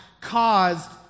caused